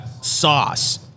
sauce